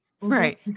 Right